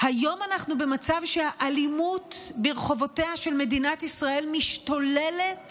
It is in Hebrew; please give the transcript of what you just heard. אנחנו במצב שהאלימות ברחובותיה של מדינת ישראל משתוללת